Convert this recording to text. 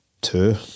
Two